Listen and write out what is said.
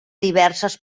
diverses